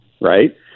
right